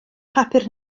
papur